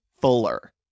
fuller